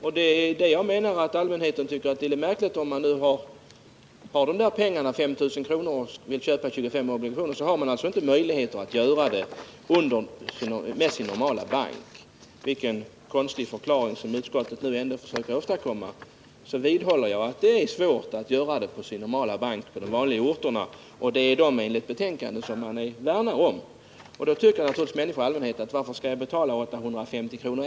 Och det jag menar är att allmänheten tycker det är märkligt att om man har 5 000 kr. och vill köpa 25 obligationer så har man inte möjlighet att göra det genom sin bank. Vilken konstig förklaring utskottet än försöker åstadkomma vidhåller jag att det är svårt att köpa obligationerna genom sin bank på de vanliga orterna, som man enligt betänkandet värnar om. Då tycker naturligtvis människor i allmänhet: Varför skall jag betala 850 kr.